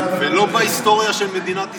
זה לא בהיסטוריה של מדינת ישראל,